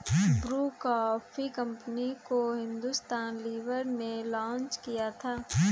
Bru coffee company को Hindustan Lever ने launch किया था